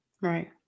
Right